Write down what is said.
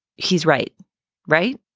he's right right.